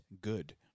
good